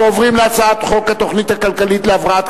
אנחנו עוברים להצעת חוק התוכנית הכלכלית להבראת